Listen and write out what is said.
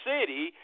City